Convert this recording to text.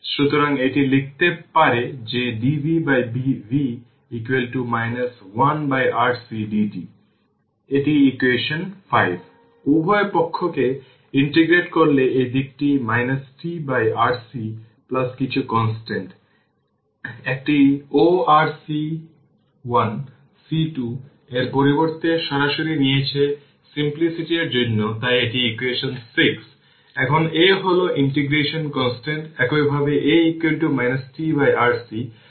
সুতরাং 5 Ω রেজিস্টর আছে 01 farad capacitor আছে ভোল্টেজ জুড়ে v c রয়েছে এই 5 Ω রেজিস্টর এবং এটি 55 এবং 15 উভয়ই সিরিজে রয়েছে এবং আলাদাভাবে নেওয়া হয়েছে এবং ix এর মাধ্যমে কারেন্ট রয়েছে